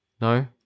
No